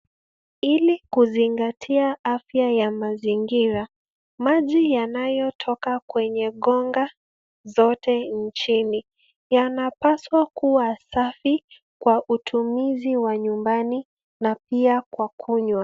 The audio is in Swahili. Ili kuzingatia afya ya mazingira, maji yanayotoka kwenye gonga zote nchini, yanapaswa kuwa safi kwa utumizi wa nyumbani na pia kwa kunywa.